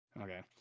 okay